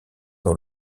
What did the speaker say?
dans